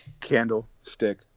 Candlestick